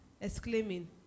exclaiming